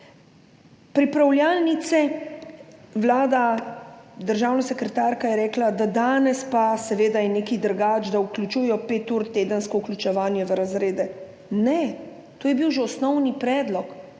Pripravljalnice. Vlada, državna sekretarka je rekla, da danes je pa seveda nekaj drugače, da vključujejo pet ur tedensko v razrede. Ne. To je bil že osnovni predlog